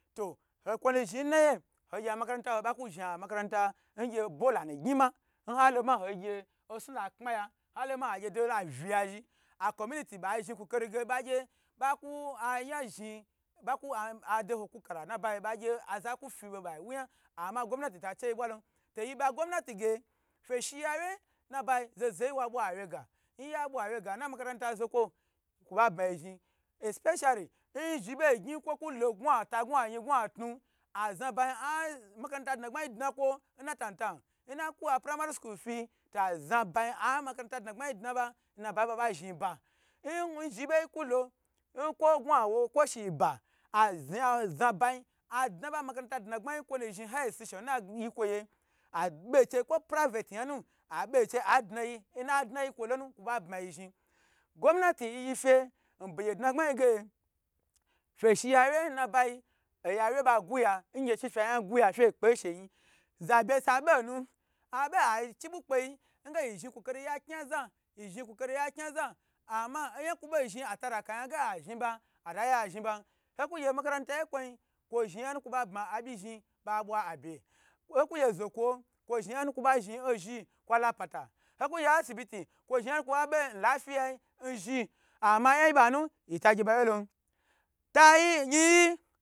To okwo nu zhni n naye a makaranta ho ba ku zhni a makaranta u ngye bolanagyn ma n haloma hogy osu la pmaya holoma hagye dohola viyazhi a community ba zhni kukoli bagy ba ku ayan zhni a adoho kuka n nabayi bagy i azakufi ba wugan ama gomnatu ta che ye twalon yiba gomnatige kwo she ya wye nabayi zaho zaho yi wabwa awye ga nya bwa awye ga na makaranta zoko kwo ba bmayi zhni especeri nzhi bo gyi kwo kwo lo gwa ba gwata gwa yin gwa tu azna bayi a makaranta dnagbmayi da kwu n na tnantnan n naku a primary school fi to azna ba yin a makaranta dna gbayi dna ba n na bayi baba zhni ba nn zhni bo kulo kwo ngwa awo kwo ngu shiba a zha zabayi adna ba maranta dnagbayi nkwonu zhni highe institushon n na yiye abe cheyi ko provite yanu abeche adna yi n nadna yi kwo lonu kwo ba bma yi zhni. gomnati yiyi fe nbege dnagbmai ge fe shiya wye nabayi eya wye ba ga ya she fye yon ga ya fye kpe she yin zabe sa be na abe achi bu kpeyi nge yi zhni kukan ya kna zha yi zhni kukali ya kna za amo oyan kwo bo zhm ataraka yange a zhni ba ataye azhni ban hokugye makaranta ge kwoym kwe zhni yanu kwo ba bma byi zhni ba bwa abye hoka gye zokwa kwo zhni yamu kwo ba zhn ozhi kwa mwa pata, oku gye asibi kwo zhni yanu kwo babe n lafia nzhi ama ayanybanu yafa gye ba wye lon tayi yinyi.